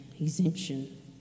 exemption